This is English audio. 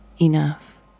enough